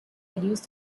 reduce